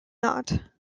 not